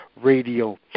Radio